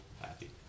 happy